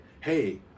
Hey